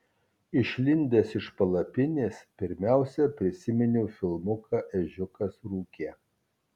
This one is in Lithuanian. išlindęs iš palapinės pirmiausia prisiminiau filmuką ežiukas rūke